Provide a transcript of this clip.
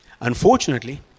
Unfortunately